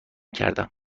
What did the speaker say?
کردم